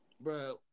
bro